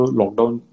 lockdown